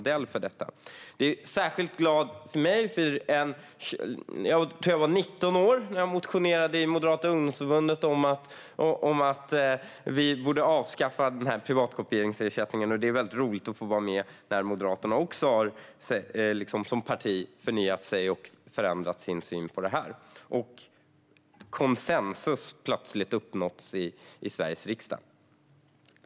Det är särskilt glädjande för mig. Jag tror att jag var 19 år när jag motionerade i Moderata ungdomsförbundet om att vi borde avskaffa privatkopieringsersättningen. Det är väldigt roligt att få vara med när Moderaterna som parti har förnyat sig och förändrat sin syn på detta och konsensus plötsligt uppnåtts i Sveriges riksdag.